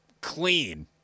clean